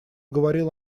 говорил